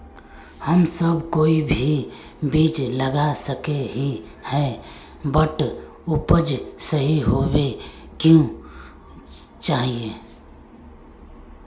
हम सब कोई भी बीज लगा सके ही है बट उपज सही होबे क्याँ चाहिए?